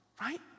right